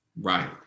Right